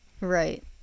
Right